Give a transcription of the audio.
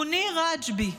מוניר רג'בי,